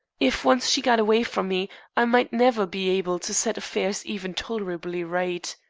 if once she got away from me i might never be able to set affairs even tolerably right.